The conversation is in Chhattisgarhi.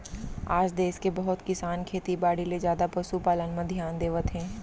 आज देस के बहुत किसान खेती बाड़ी ले जादा पसु पालन म धियान देवत हें